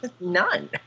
None